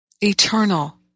Eternal